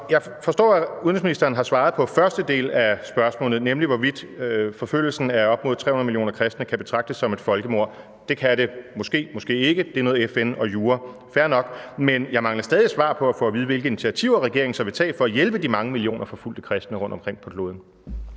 jeg forstår, at udenrigsministeren har svaret på første del af spørgsmålet, nemlig hvorvidt forfølgelsen af op mod 300 millioner kristne kan betragtes som et folkemord. Det kan det måske, måske ikke; det er noget med FN og jura. Fair nok. Men jeg mangler stadig svar på, hvilke initiativer regeringen så vil tage for at hjælpe de mange millioner forfulgte kristne rundtomkring på kloden.